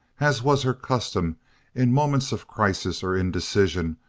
as was her custom in moments of crisis or indecision,